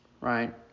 Right